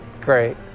Great